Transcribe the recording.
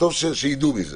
טוב שידעו על זה.